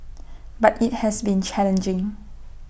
but IT has been challenging